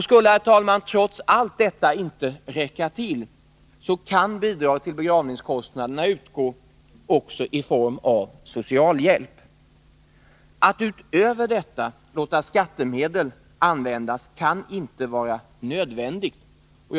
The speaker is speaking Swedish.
Skulle detta trots allt inte räcka till, kan bidrag till begravningskostnaderna också utgå i form av socialhjälp. Att utöver detta låta skattemedel användas kan inte vara nödvändigt.